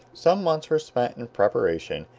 some months were spent in preparation,